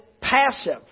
passive